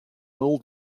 old